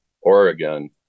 Oregon